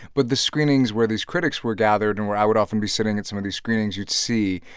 but the screenings where these critics were gathered and where i would often be sitting at some of the screenings, you'd see,